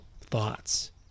thoughts